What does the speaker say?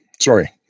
Sorry